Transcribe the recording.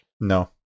No